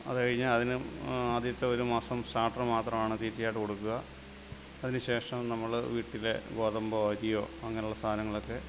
അത് കഴിഞ്ഞാൽ അതിന് ആദ്യത്ത ഒരു മാസം സ്റ്റാർട്ടറ് മാത്രമാണ് തീറ്റയായിട്ട് കൊടുക്കുക അതിന് ശേഷം നമ്മൾ വീട്ടിലെ ഗോതമ്പോ അരിയോ അങ്ങനെയുള്ള സാധനങ്ങളൊക്കെ